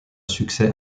succès